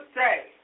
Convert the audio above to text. say